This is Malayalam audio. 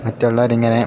മറ്റുള്ളവരിങ്ങനെ